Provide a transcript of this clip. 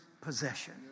possession